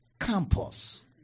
Campus